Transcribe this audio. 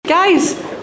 Guys